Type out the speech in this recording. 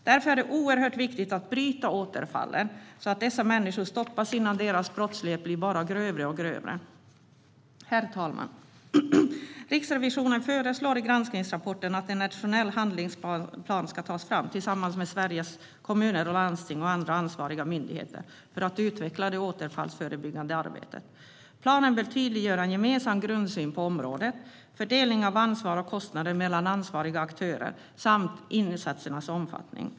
Därför är det oerhört viktigt att bryta återfallen så att dessa människor stoppas innan deras brottslighet bara blir grövre och grövre. Herr talman! Riksrevisionen föreslår i granskningsrapporten att en nationell handlingsplan ska tas fram tillsammans med Sveriges Kommuner och Landsting och andra ansvariga myndigheter för att utveckla det återfallsförebyggande arbetet. Planen bör tydliggöra en gemensam grundsyn på området, fördelning av ansvar och kostnader mellan ansvariga aktörer samt insatsernas omfattning.